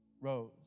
rose